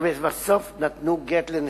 ולבסוף נתנו גט לנשותיהם.